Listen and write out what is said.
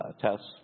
tests